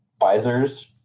visors